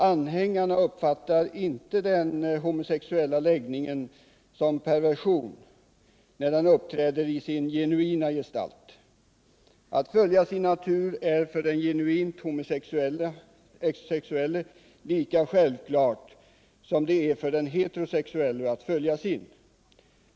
Anhängarna uppfattar inte den homosexuella läggningen som perversion, när den uppträder i sin genuina gestalt. Att följa sin natur är för den genuint homosexuelle lika självklart som det är för den heterosexuelle att följa sin.